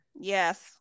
Yes